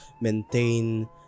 maintain